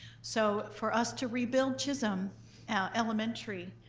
so for us to rebuild chisholm elementary,